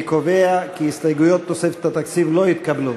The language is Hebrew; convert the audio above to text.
אני קובע כי הסתייגויות תוספת התקציב לא התקבלו.